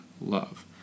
love